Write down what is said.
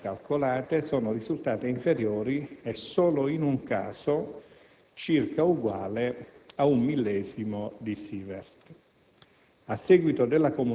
Le dosi efficaci calcolate sono risultate inferiori e solo in un caso circa uguali ad un millesimo di Syvert.